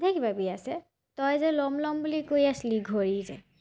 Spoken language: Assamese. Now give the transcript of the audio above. ধেৰ কিবাকিবি আছে তই যে ল'ম ল'ম বুলি কৈ আছিলি ঘড়ী যে